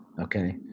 okay